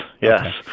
yes